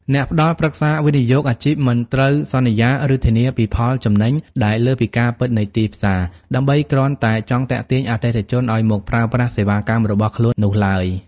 អ្នកផ្ដល់ប្រឹក្សាវិនិយោគអាជីពមិនត្រូវសន្យា ឬធានាពីផលចំណេញដែលលើសពីការពិតនៃទីផ្សារ ដើម្បីគ្រាន់តែចង់ទាក់ទាញអតិថិជនឱ្យមកប្រើប្រាស់សេវាកម្មរបស់ខ្លួននោះឡើយ។